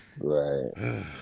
Right